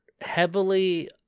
heavily